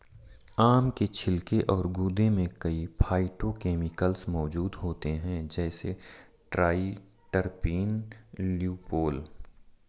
आम के छिलके और गूदे में कई फाइटोकेमिकल्स मौजूद होते हैं, जैसे ट्राइटरपीन, ल्यूपोल